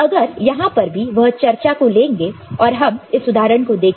अगर यहां पर भी वह चर्चा को लेंगे और हम इस उदाहरण को देखेंगे